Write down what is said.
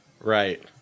Right